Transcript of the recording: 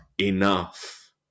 enough